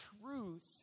Truth